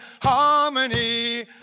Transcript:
harmony